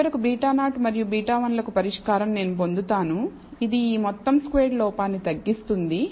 చివరకు β0 మరియు β1 లకు పరిష్కారం నేను పొందుతాను ఇది ఈ మొత్తం స్క్వేర్డ్ లోపాన్ని తగ్గిస్తుంది